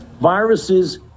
Viruses